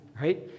right